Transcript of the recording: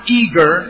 eager